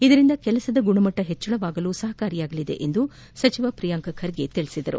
ಇದರಿಂದ ಕೆಲಸದ ಗುಣಮಟ್ಟ ಹೆಚ್ಚಳವಾಗಲು ಸಹಕಾರಿಯಾಗಲಿದೆ ಎಂದು ಪ್ರಿಯಾಂಕ್ ಖರ್ಗೆ ತಿಳಿಸಿದರು